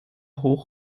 hoch